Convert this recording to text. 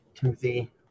Timothy